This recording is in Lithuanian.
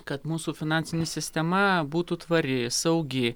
kad mūsų finansinė sistema būtų tvari saugi